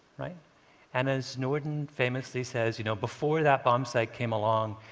and as norden famously says, you know before that bombsight came along,